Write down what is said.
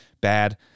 bad